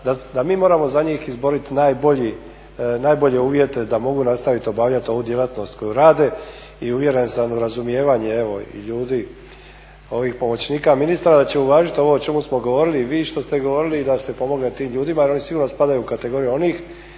da mi moramo za njih izborit najbolje uvjete da mogu nastavit obavljat ovu djelatnost koju rade i uvjeren sam razumijevanje evo i ljudi ovih pomoćnika ministara da će uvažit ovo o čemu smo govorili i vi što ste govorili, da se pomogne tim ljudima jer oni sigurno spadaju u kategoriju onih